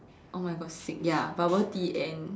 oh my God sick ya bubble Tea and